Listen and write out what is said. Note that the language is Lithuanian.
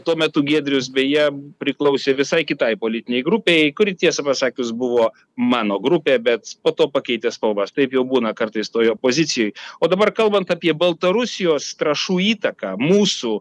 tuo metu giedrius beje priklausė visai kitai politinei grupei kuri tiesą pasakius buvo mano grupė bet po to pakeitė spalvas taip jau būna kartais toje opozicijoj o dabar kalbant apie baltarusijos trąšų įtaką mūsų